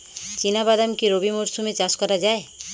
চিনা বাদাম কি রবি মরশুমে চাষ করা যায়?